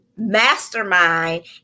mastermind